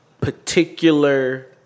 particular